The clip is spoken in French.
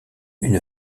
une